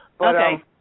Okay